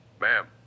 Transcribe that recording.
Ma'am